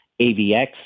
AVX